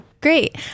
Great